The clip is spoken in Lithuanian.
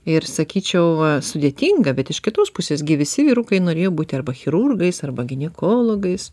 ir sakyčiau sudėtinga bet iš kitos pusės gi visi vyrukai norėjo būti arba chirurgais arba ginekologais